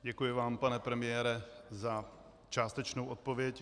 Děkuji vám, pane premiére, za částečnou odpověď.